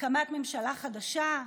הקמת ממשלה חדשה?